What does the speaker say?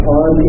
on